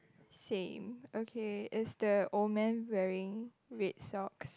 same okay is the old man wearing red socks